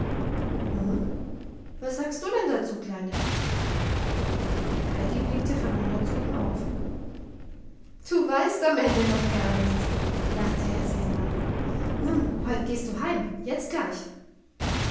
nun was sagst du denn dazu kleine heidi blickte verwundert zu ihm auf du weißt am ende noch gar nichts lachte herr sesemann nun heut gehst du heim jetzt gleich